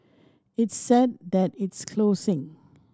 it's sad that it's closing